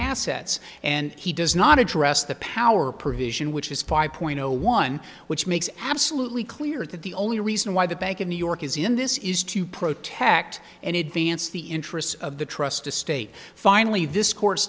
assets and he does not address the power provision which is five point zero one which makes absolutely clear that the only reason why the bank of new york is in this is to protect and advance the interests of the trust estate finally this cour